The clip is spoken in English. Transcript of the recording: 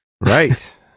Right